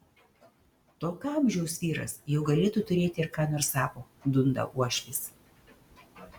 tokio amžiaus vyras jau galėtų turėti ir ką nors savo dunda uošvis